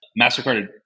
MasterCard